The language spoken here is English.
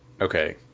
okay –